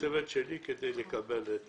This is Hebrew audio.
הצוות שלי, כדי לקבל את